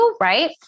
right